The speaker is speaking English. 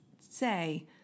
say